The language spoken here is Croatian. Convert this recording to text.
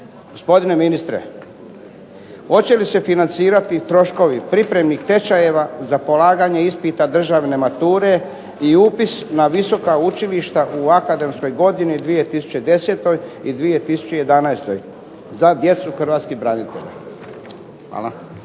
Gospodine ministre, hoće li se financirati troškovi pripremnih tečajeva za polaganje ispita državne mature i upis na visoka učilišta u akademskoj godini 2010. i 2011. za djecu hrvatskih branitelja. Hvala.